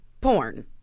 porn